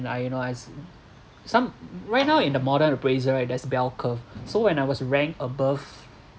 and I you know as some right now in the modern appraisal right there's bell curve so when I was ranked above